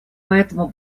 поэтому